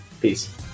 Peace